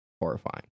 horrifying